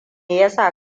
yasa